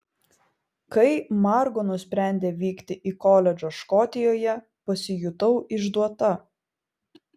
kai margo nusprendė vykti į koledžą škotijoje pasijutau išduota